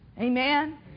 Amen